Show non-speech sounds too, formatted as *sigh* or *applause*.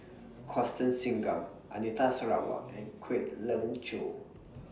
Constance Singam Anita Sarawak and Kwek Leng *noise* Joo